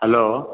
hello